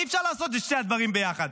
אי-אפשר לעשות את שני הדברים ביחד,